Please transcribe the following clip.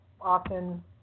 often